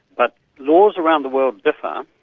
but laws around the world differ,